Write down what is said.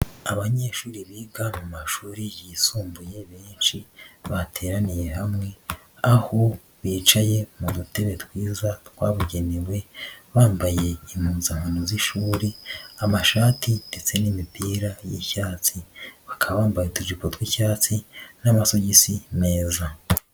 Abanyeshuri biga mu mashuri yisumbuye benshi bateraniye hamwe, aho bicaye mu dutebe twiza twabugenewe bambaye impuzankano z'ishuri, amashati ndetse n'imipira y'icyatsi bakaba bambaye utujipo tw'icyatsi n'amasogisi meza.